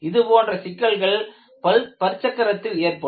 இதுபோன்ற சிக்கல்கள் பற்சக்கரத்தில் ஏற்படும்